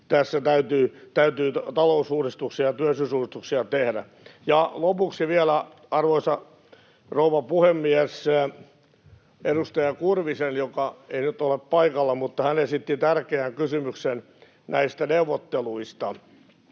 tässä täytyy tehdä talousuudistuksia ja työllisyysuudistuksia. Lopuksi vielä, arvoisa rouva puhemies, edustaja Kurvinen, joka ei nyt ole paikalla, esitti tärkeän kysymyksen näistä neuvotteluista.